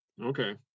okay